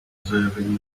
observing